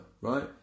right